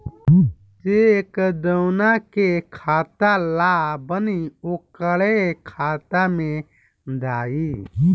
check जौना के खाता ला बनी ओकरे खाता मे जाई